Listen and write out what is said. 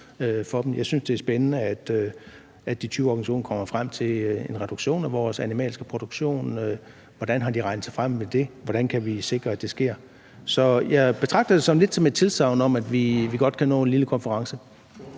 Jeg synes, det er spændende, at de 20 organisationer kommer frem til en reduktion af vores animalske produktion. Hvordan har de regnet sig frem til det? Hvordan kan vi sikre, at det sker? Så jeg betragter det lidt som tilsagn om, at vi godt kan nå en lille konference.